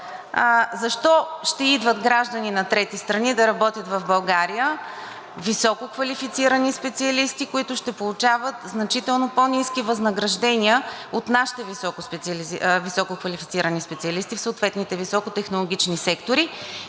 Защо ще идват граждани на трети страни да работят в България, висококвалифицирани специалисти, които ще получават значително по-ниски възнаграждения от нашите висококвалифицирани специалисти в съответните високотехнологични сектори.